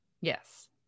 yes